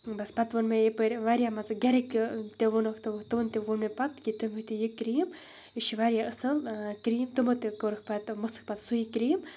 بَس پَتہٕ ووٚن مےٚ یَپٲرۍ واریاہ مان ژٕ گَرِکۍ تہِ ووٚنُکھ تمَن تمَن تہِ ووٚن مےٚ پَتہٕ کہِ تُہۍ مٔتھِو یہِ کِرٛیٖم یہِ چھِ واریاہ اَصٕل کِرٛیٖم تٕمو تہِ کوٚرُکھ پَتہٕ مٔژھٕکھ پَتہٕ سُے کِرٛیٖم